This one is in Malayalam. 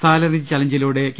സാലറി ചാലഞ്ചിലൂടെ കെ